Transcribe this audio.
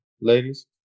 ladies